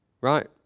Right